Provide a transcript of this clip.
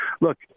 look